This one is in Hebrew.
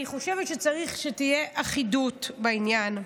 אני חושבת שצריך שתהיה אחידות בעניין.